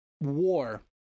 war